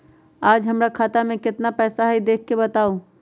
आज हमरा खाता में केतना पैसा हई देख के बताउ?